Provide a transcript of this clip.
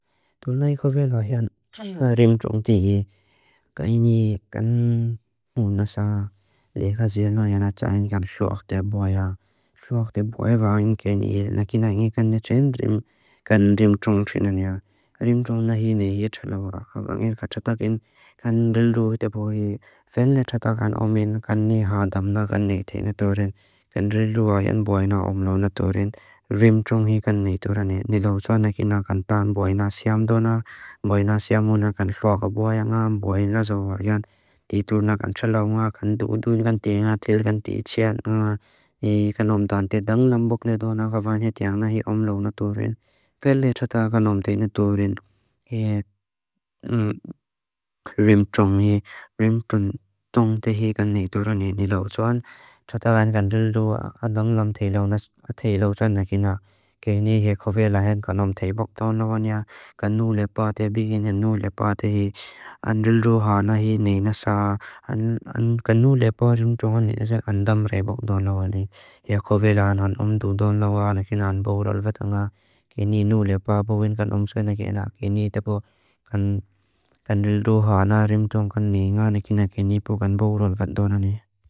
Túnáikó veló hí án rimchóng tihí. Ká iní kan munasá, léiká zéló yá na tsá iní kan xóak de bóya. Xóak de bóya ba iní kéni. Nakí na iní kan ne chéni rim, kan rimchóng chinun yá. Rimchóng na hí ne yé txalo bóra. Angé ka txaták iní kan rilúbe te bói. Fenle txaták án omín kan ní hádam na kan ne itéi na tóren. Kan rilúba yán bóina omló na tóren. Rimchóng hí kan ne itóra ne. Ní lótsá nakí na kan tán bóina siam dóná. Bóina siamuná kan xóak a bóya ngá. Bóina zóba yán títúr na kan txaláu ngá. Kan dúdún kan téi ngá. Tél kan téi txét ngá. Ní kan om tóntéi dang lambok ne dóná. Ká van hé téi ngá hí omló na tóren. Fenle txaták án om téi na tóren. Rimchóng hí. Rimchóntóntéi hí kan ne itóra ne. Ní lótsá án txaták án kan rilúba a dón lam téi lótsá nakí na. Keiní hé kovélá héd kan om téi bók dóná van yá. Kan nú lepá te bígin. Kan nú lepá te hí. An rilúba há na hí. Néi na sá. Kan nú lepá Rimchóntóntéi hí ásá án dám réi bók dóná van hé. He kovélá án án om dúdóná van ákíná án bók rólvát ángá. Keiní nú lepá bówin kan omsá na keiná keiní. Tepo kan rilúba há na Rimchóntóntéi hí án ákíná keiní bók án bók rólvát dóná ne.